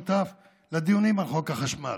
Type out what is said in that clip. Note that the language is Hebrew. שותף לדיונים על חוק החשמל.